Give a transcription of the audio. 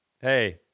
Hey